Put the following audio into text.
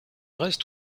reste